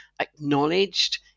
acknowledged